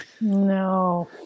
No